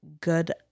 good